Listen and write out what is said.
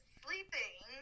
sleeping